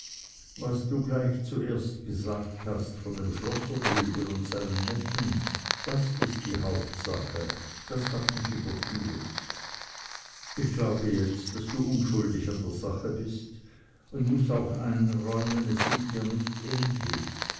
was du gleich zuerst gesagt hast von dem schlosser drüben und seinem neffen das ist die hauptsache das hat mich überführt ich glaube jetzt daß du unschuldig an der sache bist und muß auch einräumen es sieht dir nicht ähnlich